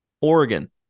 Oregon